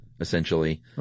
essentially